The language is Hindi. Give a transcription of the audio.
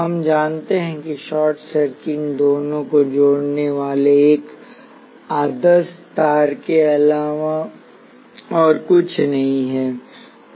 हम जानते हैं कि शॉर्ट सर्किट इन दोनों को जोड़ने वाले एक आदर्श तार के अलावा और कुछ नहीं है